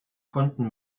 konnten